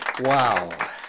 Wow